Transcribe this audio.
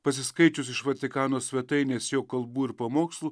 pasiskaičius iš vatikano svetainės jo kalbų ir pamokslų